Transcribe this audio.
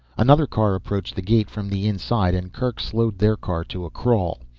another car approached the gate from the inside and kerk slowed their car to a crawl.